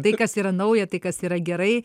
tai kas yra nauja tai kas yra gerai